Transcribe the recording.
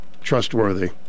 trustworthy